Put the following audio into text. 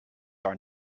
are